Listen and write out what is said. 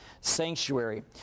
sanctuary